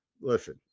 listen